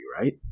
right